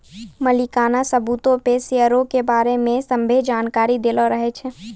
मलिकाना सबूतो पे शेयरो के बारै मे सभ्भे जानकारी दैलो रहै छै